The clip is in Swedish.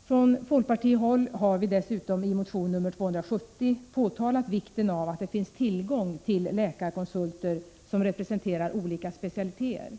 1986 Från folkpartihåll har vi dessutom i motion nr 270 framhållit vikten av att det finns tillgång till läkarkonsulter som representerar olika specialiteter.